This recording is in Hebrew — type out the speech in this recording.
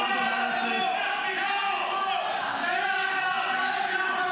נא לצאת, נא לצאת.